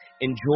enjoy